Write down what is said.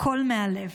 הכול מהלב.